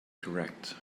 correct